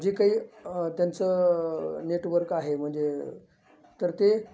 जे काही त्यांचं नेटवर्क आहे म्हणजे तर ते